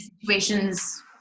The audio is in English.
situations